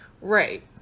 Right